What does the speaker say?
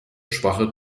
schwache